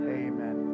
amen